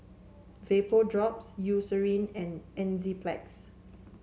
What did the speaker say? Vapodrops Eucerin and Enzyplex